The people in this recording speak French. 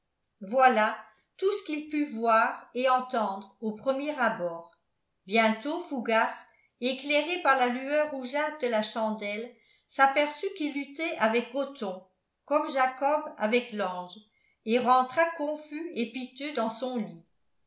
voilà tout ce qu'il put voir et entendre au premier abord bientôt fougas éclairé par la lueur rougeâtre de la chandelle s'aperçut qu'il luttait avec gothon comme jacob avec l'ange et rentra confus et piteux dans son lit